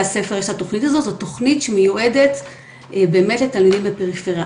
הספר יש את התוכנית הזאת זאת תוכנית שמיועדת באמת לתלמידים בפריפריה,